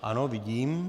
Ano, vidím.